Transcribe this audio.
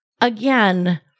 Again